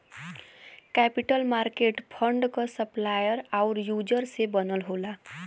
capital market fund क supplier आउर user से बनल होला